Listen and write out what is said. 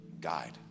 guide